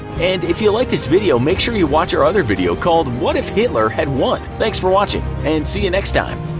and if you liked this video, make sure you watch our other video called what if hitler had won? thanks for watching! and see you next time!